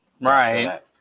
Right